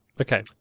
Okay